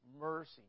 mercy